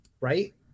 right